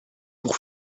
pour